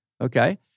Okay